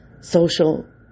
social